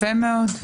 יפה מאוד.